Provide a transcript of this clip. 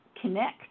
connect